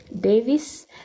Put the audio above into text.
Davis